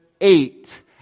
eight